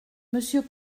monsieur